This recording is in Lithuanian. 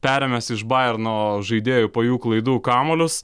perėmęs iš bajernas žaidėjų po jų klaidų kamuolius